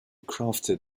crafted